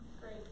Great